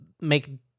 make